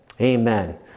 Amen